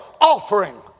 offering